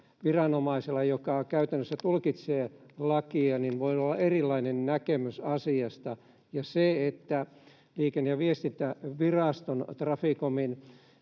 viranomaisella, joka käytännössä tulkitsee lakia, voi olla erilainen näkemys asiasta, ja se, että Liikenne- ja viestintäviraston, Traficomin,